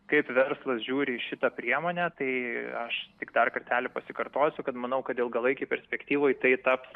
kaip verslas žiūri į šitą priemonę tai aš tik dar kartelį pasikartosiu kad manau kad ilgalaikėj perspektyvoj tai taps